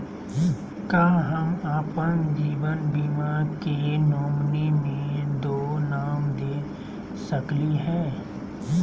का हम अप्पन जीवन बीमा के नॉमिनी में दो नाम दे सकली हई?